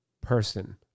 person